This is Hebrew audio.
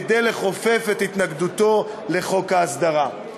כדי לכופף את התנגדותו לחוק ההסדרה.